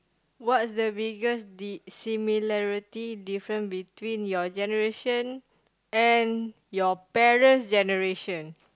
what's the biggest di~ similarity difference between your generation and your parent's generation